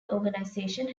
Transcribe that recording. organisation